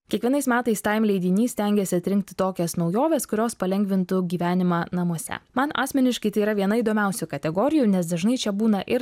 kiekvienais metais taim leidinys stengiasi atrinkti tokias naujoves kurios palengvintų gyvenimą namuose man asmeniškai tai yra viena įdomiausių kategorijų nes dažnai čia būna ir